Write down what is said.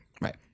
Right